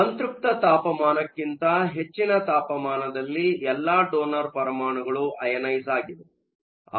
ಆದ್ದರಿಂದ ಸಂತ್ರಪ್ತ ತಾಪಮಾನಕ್ಕಿಂತ ಹೆಚ್ಚಿನ ತಾಪಮಾನದಲ್ಲಿ ಎಲ್ಲಾ ಡೊನರ್ ಪರಮಾಣುಗಳು ಅಯನೈಸ಼್ ಆಗಿವೆ